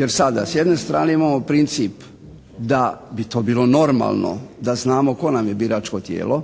Jer sada s jedne strane imamo princip da bi to bilo normalno da znamo tko nam je biračko tijelo,